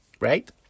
Right